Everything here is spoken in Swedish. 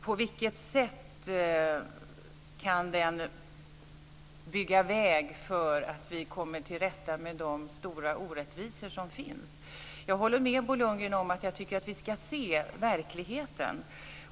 På vilket sätt kan den bygga väg för att vi kommer till rätta med de stora orättvisor som finns? Jag håller med Bo Lundgren om att vi ska se verkligheten.